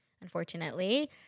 Unfortunately